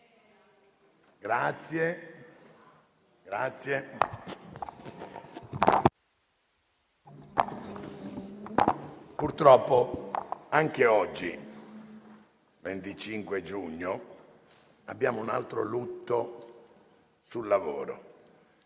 piedi).* Purtroppo anche oggi, 25 giugno, abbiamo un altro lutto sul lavoro: